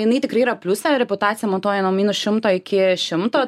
jinai tikrai yra pliuse reputaciją matuoja nuo minus šimto iki šimto